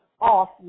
off